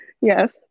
Yes